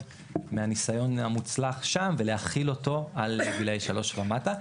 מהניסיון המוצלח שם ולהחיל אותו על גילאי שלוש ומטה,